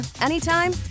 anytime